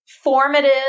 formative